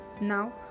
Now